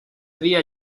día